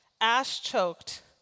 ash-choked